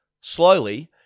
slowly